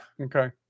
Okay